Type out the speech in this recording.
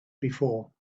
before